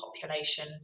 population